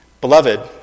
Beloved